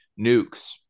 nukes